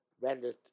rendered